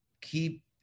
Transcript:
keep